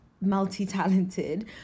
multi-talented